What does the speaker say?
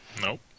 Nope